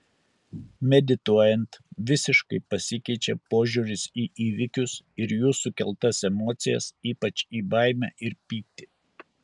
medituojant visiškai pasikeičia požiūris į įvykius ir jų sukeltas emocijas ypač į baimę ir pyktį